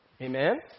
Amen